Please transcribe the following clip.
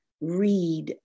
read